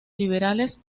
liberales